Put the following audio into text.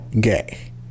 gay